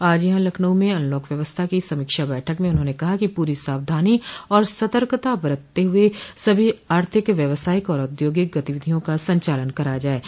आज यहां लखनऊ में अनलॉक व्यवस्था की समीक्षा बैठक में उन्होंने कहा कि पूरो सावधानी और सर्तकता बरतते हुए सभी आर्थिक व्यावसायिक एवं औद्योगिक गतिविधियों का संचालन कराया जायेगा